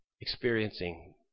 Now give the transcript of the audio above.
experiencing